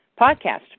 podcast